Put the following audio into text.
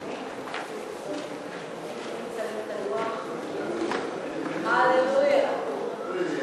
חוק הליכי תכנון ובנייה להאצת הבנייה למגורים (הוראת שעה) (תיקון),